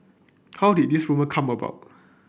how did this rumour come about